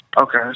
Okay